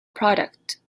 product